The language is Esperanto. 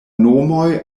nomoj